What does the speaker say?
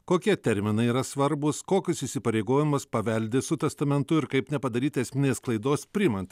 kokie terminai yra svarbūs kokius įsipareigojimus paveldi su testamentu ir kaip nepadaryti esminės klaidos priimant